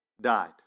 died